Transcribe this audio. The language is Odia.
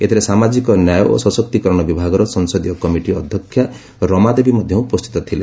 ଏଥିରେ ସାମାଜିକ ନ୍ୟାୟ ଓ ସଶକ୍ତିକରଣ ବିଭାଗର ସଂସଦୀୟ କମିଟି ଅଧ୍ୟକ୍ଷା ରମା ଦେବୀ ମଧ୍ୟ ଉପସ୍ଥିତ ଥିଲେ